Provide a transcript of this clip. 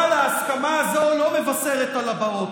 אבל ההסכמה הזו לא מבשרת על הבאות,